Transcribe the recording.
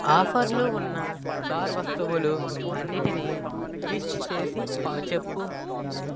ఆఫర్లు ఉన్న కార్ వస్తువులు అన్నింటినీ లిస్టు చేసి చెప్పుము